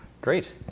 Great